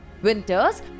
Winters